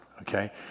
okay